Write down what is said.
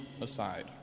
aside